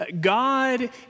God